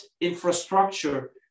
infrastructure